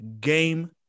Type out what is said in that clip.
game